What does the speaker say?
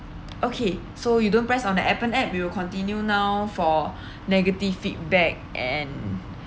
okay so you don't press on the Appen app we will continue now for negative feedback and